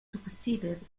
superseded